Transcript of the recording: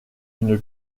une